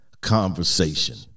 conversation